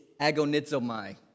agonizomai